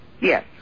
Yes